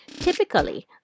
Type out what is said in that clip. Typically